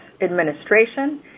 administration